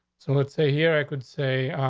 so let's say here i could say,